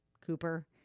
Cooper